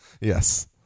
yes